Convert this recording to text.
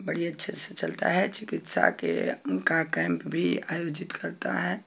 बड़े अच्छे से चलता है चिकित्सा केका कैंप भी आयोजित करता है